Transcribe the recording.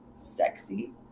sexy